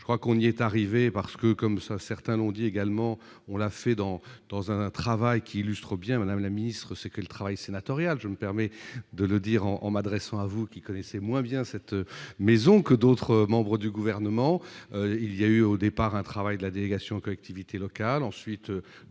je crois qu'on y est arrivé parce que comme ça, certains l'ont dit également, on l'a fait dans dans un travail qui illustre bien, Madame la ministre, c'est que le travail sénatorial, je me permets de le dire en en adressant à vous qui connaissez moins bien cette maison que d'autres membres du gouvernement, il y a eu au départ, un travail de la délégation collectivités locales ensuite